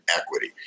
equity